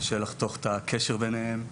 קשה לחתוך את הקשר ביניהם.